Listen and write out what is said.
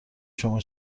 شما